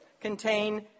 contain